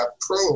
Pro